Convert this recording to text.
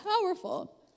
powerful